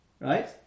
right